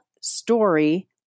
story